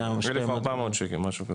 1,400 שקל, משהו כזה.